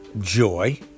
joy